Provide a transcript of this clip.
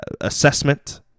assessment